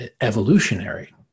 evolutionary